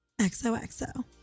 XOXO